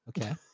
okay